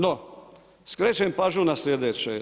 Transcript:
No, skrećem pažnju na sljedeće.